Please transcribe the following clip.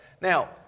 Now